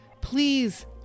Please